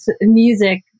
music